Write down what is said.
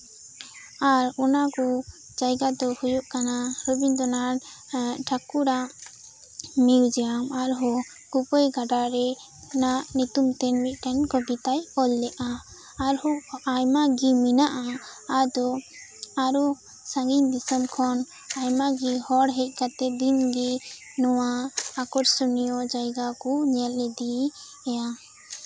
ᱟᱨ ᱚᱱᱟᱠᱩ ᱡᱟᱭᱜᱟ ᱫᱚ ᱦᱩᱭᱩᱜ ᱠᱟᱱᱟ ᱨᱚᱵᱤᱱᱫᱨᱚᱱᱟᱛᱷ ᱴᱷᱟᱹᱠᱩᱨᱟᱜ ᱢᱤᱭᱩᱡᱤᱭᱟᱢ ᱟᱨᱦᱚᱸ ᱠᱳᱯᱟᱹᱭ ᱜᱟᱰᱟ ᱨᱮᱱᱟᱜ ᱧᱩᱛᱩᱢ ᱛᱮ ᱢᱤᱫᱴᱮᱱ ᱠᱚᱵᱤᱛᱟᱭ ᱚᱞ ᱞᱮᱫᱟ ᱟᱨᱦᱚᱸ ᱟᱭᱢᱟ ᱜᱮ ᱢᱮᱱᱟᱜᱼᱟ ᱟᱫᱚ ᱟᱨᱦᱚᱸ ᱥᱟᱺᱜᱤᱧ ᱫᱤᱥᱚᱢ ᱠᱷᱚᱱ ᱟᱭᱢᱟ ᱜᱮ ᱦᱚᱲ ᱦᱮᱡ ᱠᱟᱛᱮ ᱫᱤᱱ ᱜᱮ ᱱᱚᱣᱟ ᱟᱠᱚᱨᱥᱚᱱᱤᱭᱚ ᱡᱟᱭᱜᱟ ᱠᱚ ᱧᱮᱞ ᱤᱫᱤᱭᱟ